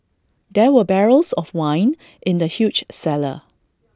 there were barrels of wine in the huge cellar